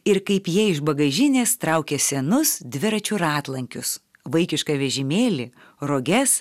ir kaip jie iš bagažinės traukė senus dviračių ratlankius vaikišką vežimėlį roges